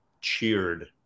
cheered